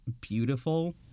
beautiful